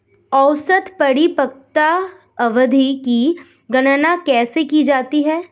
औसत परिपक्वता अवधि की गणना कैसे की जाती है?